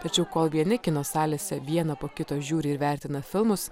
tačiau kol vieni kino salėse vieną po kito žiūri ir vertina filmus